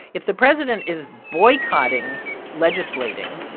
if the president is boycotting legislating,